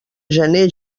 gener